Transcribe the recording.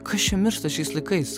kas čia miršta šiais laikais